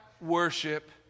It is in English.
worship